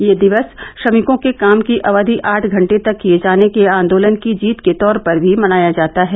यह दिवस श्रमिकों के काम की अवधि आठ घंटे तक किये जाने के आन्दोलन की जीत के तौर पर भी मनाया जाता है